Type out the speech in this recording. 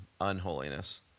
unholiness